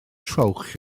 trowch